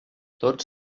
tots